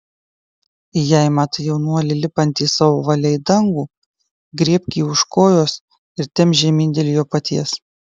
jei matai jaunuolį lipantį savo valia į dangų griebk jį už kojos ir temk žemyn dėl jo paties